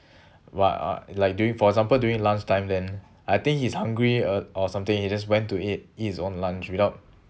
uh uh like during for example during lunch time then I think he's hungry uh or something he just went to eat eat his own lunch without